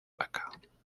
vaca